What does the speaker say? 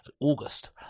August